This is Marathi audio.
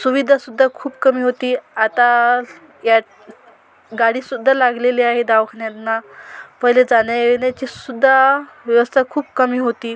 सुविधासुद्धा खूप कमी होती आता यात गाडीसुद्धा लागलेली आहे दवाखान्यांना पहिले जाण्यायेण्याची सुद्धा व्यवस्था खूप कमी होती